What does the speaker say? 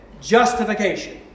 Justification